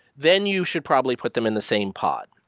then you should probably put them in the same pod.